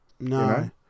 No